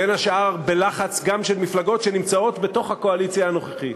בין השאר גם בלחץ של מפלגות שנמצאות בתוך הקואליציה הנוכחית.